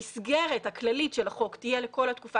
המסגרת הכללית של החוק תהיה לכל התקופה,